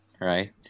right